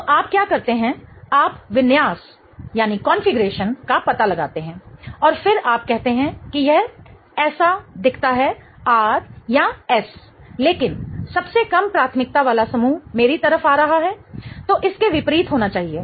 तो आप क्या करते हैं आप विन्यास कॉन्फ़िगरेशन का पता लगाते हैं और फिर आप कहते हैं कि यह ऐसा दिखता है R या S लेकिन सबसे कम प्राथमिकता वाला समूह मेरी तरफ आ रहा है तो इसके विपरीत होना चाहिए